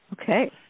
Okay